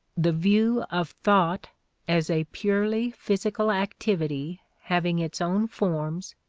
the view of thought as a purely physical activity having its own forms,